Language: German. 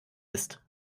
ist